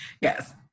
Yes